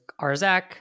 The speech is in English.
arzak